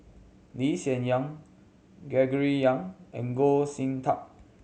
Lee Hsien Yang Gregory Yong and Goh Sin Tub